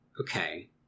Okay